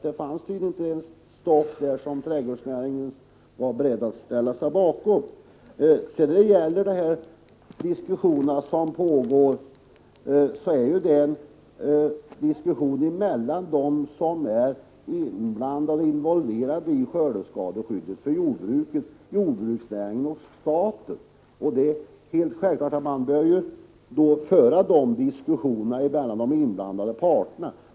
Det fanns tydligen inte förslag där som trädgårdsnäringen var beredd att ställa sig bakom. Den diskussion som pågår är ju en diskussion mellan dem som är involverade i skördeskadeskyddet för jordbruket — jordbruksnäringen och staten. Det är självklart att man bör föra den diskussionen mellan de inblandade parterna.